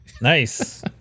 Nice